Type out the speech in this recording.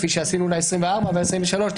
כפי שעשינו לכנסת העשרים וארבע ולכנסת העשרים ושלוש.